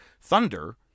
Thunder